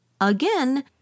Again